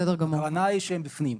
הכוונה היא שהם בפנים,